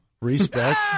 Respect